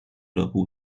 俱乐部